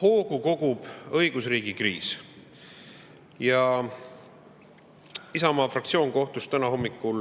Hoogu kogub õigusriigi kriis. Isamaa fraktsioon kohtus täna hommikul